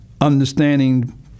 understanding